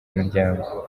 miryango